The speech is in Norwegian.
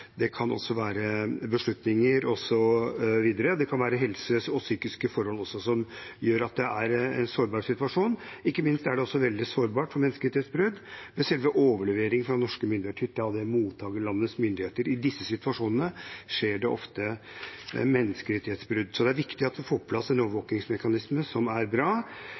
beslutninger osv., og det kan også være helse og psykiske forhold som gjør at det er en sårbar situasjon. Veldig sårbar for menneskerettighetsbrudd er ikke minst også selve overleveringen fra norske myndigheter til alle mottakerlandenes myndigheter. I disse situasjonene skjer det ofte menneskerettighetsbrudd, så det er viktig at vi får på plass en overvåkingsmekanisme som er bra.